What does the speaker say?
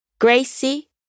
Gracie